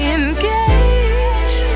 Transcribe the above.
engage